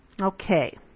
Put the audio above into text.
Okay